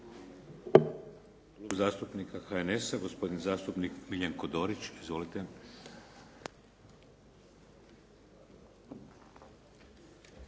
Hvala.